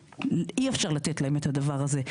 אי אפשר לתת להם את הדבר הזה,